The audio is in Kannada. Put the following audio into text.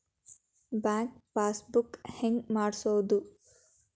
ಬ್ಯಾಂಕ್ ಪಾಸ್ ಬುಕ್ ಹೆಂಗ್ ಮಾಡ್ಸೋದು?